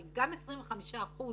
אבל גם 25 אחוזים,